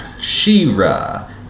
She-Ra